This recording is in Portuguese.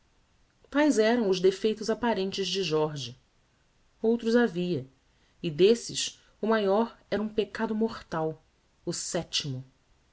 taes eram os defeitos apparentes de jorge outros havia e desses o maior era um peccado mortal o setimo